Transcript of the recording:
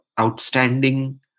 outstanding